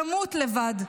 למות לבד,